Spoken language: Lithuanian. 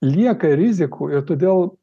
lieka rizikų ir todėl